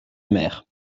mer